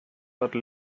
are